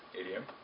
Idiom